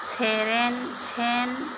सेरेन सेन